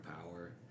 power